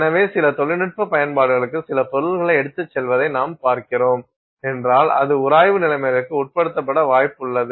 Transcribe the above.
எனவே சில தொழில்நுட்ப பயன்பாடுகளுக்கு சில பொருள்களை எடுத்துச் செல்வதை நாம் பார்க்கிறோம் என்றால் அது உராய்வு நிலைமைகளுக்கு உட்படுத்தப்பட வாய்ப்புள்ளது